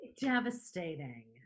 devastating